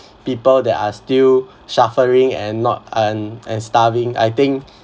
people that are still suffering and not and and starving I think